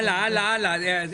הלאה, הלאה, הלאה.